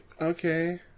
Okay